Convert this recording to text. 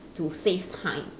to save time